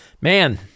Man